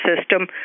system